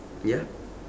ya